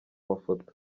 mafoto